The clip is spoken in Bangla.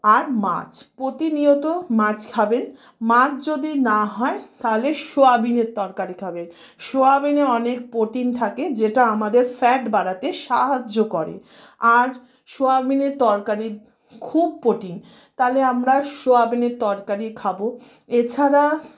আর মাছ প্রতিনিয়ত মাছ খাবেন মাছ যদি না হয় তাহলে সোয়াবিনের তরকারি খাবে সোয়াবিনে অনেক প্রোটিন থাকে যেটা আমাদের ফ্যাট বাড়াতে সাহায্য করে আর সোয়াবিনের তরকারি খুব প্রোটিন তাহলে আমরা সোয়াবিনের তরকারি খাবো এছাড়া